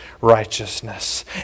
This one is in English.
righteousness